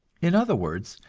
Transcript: in other words,